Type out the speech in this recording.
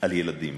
על ילדים.